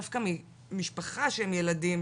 דווקא עם משפחה עם ילדים,